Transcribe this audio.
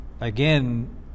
again